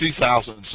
2007